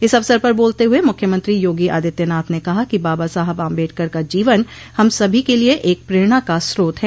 इस अवसर पर बोलते हुए मुख्यमंत्री योगी आदित्यनाथ ने कहा कि बाबा साहब आम्बेडकर का जीवन हम सभी के लिये एक प्रेरणा का स्रोत है